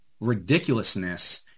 ridiculousness